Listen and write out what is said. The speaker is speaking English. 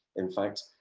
in fact,